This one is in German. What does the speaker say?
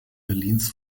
berlins